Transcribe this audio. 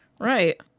Right